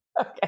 Okay